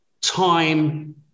time